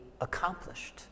accomplished